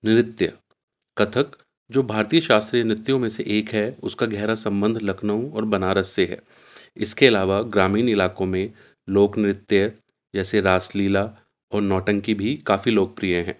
نرتیہ کتھک جو بھارتیہ شاشستتری نتوں میں سے ایک ہے اس کا گہرا سبندھ لکھنؤ اور بنارس سے ہے اس کے علاوہ گرامین علاقوں میں لوک نتیہ جیسے راسلیلا اور نوٹنکی بھی کافی لوکپری ہیں